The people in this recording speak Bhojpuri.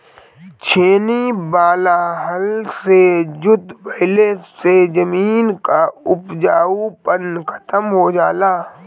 छेनी वाला हल से जोतवईले से जमीन कअ उपजाऊपन खतम हो जाला